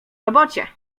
robocie